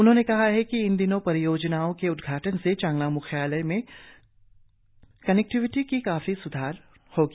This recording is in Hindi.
उन्होंने कहा है कि इन दिनों परियोजनाओं के उद्घाटन से चांगलांग म्ख्यालय में कनेक्टिविटी में काफी स्धार होगा